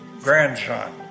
grandson